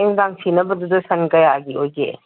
ꯑꯌꯨꯛ ꯅꯨꯡꯗꯥꯡ ꯁꯤꯅꯕꯗꯨꯗ ꯁꯟ ꯀꯌꯥꯒꯤ ꯑꯣꯏꯒꯦ